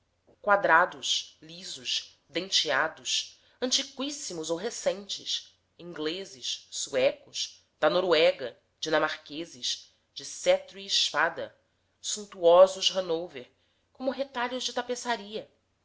quadrados lisos denteados antiqüíssimos ou recentes ingleses suecos da noruega dinamarqueses de cetro e espada suntuosos hannover como retalhos de tapeçaria